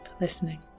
listening